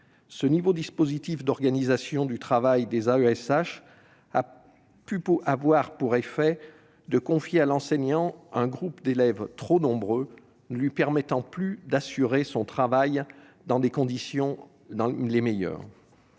Ce nouveau dispositif d'organisation du travail des AESH a pu avoir pour effet de confier à l'accompagnant un groupe d'élèves trop nombreux, ne lui permettant plus d'assurer son travail dans les meilleures